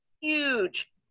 huge